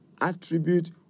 attribute